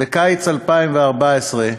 בקיץ 2014,